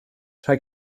rhai